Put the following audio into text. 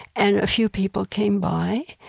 and a few people came by.